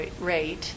rate